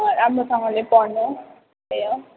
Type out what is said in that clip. राम्रोसँगले पढ्नु त्यही हो